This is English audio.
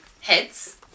heads